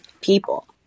people